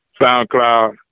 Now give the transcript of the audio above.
SoundCloud